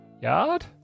yard